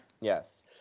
yes